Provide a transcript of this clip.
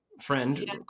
friend